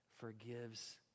forgives